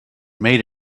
made